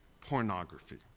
pornography